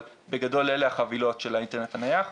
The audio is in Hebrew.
אבל בגדול אלה החבילות של האינטרנט הנייח.